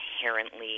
inherently